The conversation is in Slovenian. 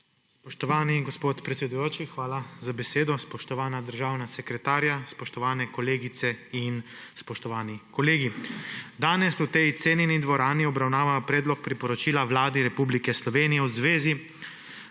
Spoštovani gospod predsedujoči, hvala za besedo. Spoštovana državna sekretarja, spoštovane kolegice in spoštovani kolegi! Danes v tej cenjeni dvorani obravnavamo Predlog priporočila Vladi Republike Slovenije v zvezi